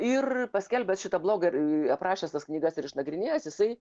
ir paskelbęs šitą blogą aprašęs tas knygas ir išnagrinėjęs jisai